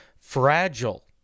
fragile